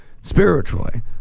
spiritually